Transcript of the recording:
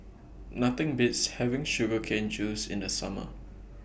Nothing Beats having Sugar Cane Juice in The Summer